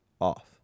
off